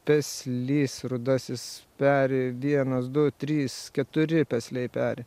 peslys rudasis peri vienas du trys keturi pesliai peri